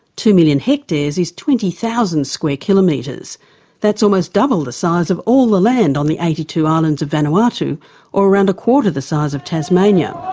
two million hectares is twenty thousand square kilometres that's almost double the size of all the land on the eighty two islands of vanuatu or around a quarter the size of tasmania.